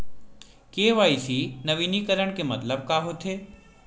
KYC नवीनीकरण के मतलब का होथे?